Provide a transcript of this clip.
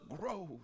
grows